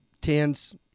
Tens